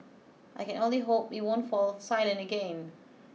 I can only hope we won't fall silent again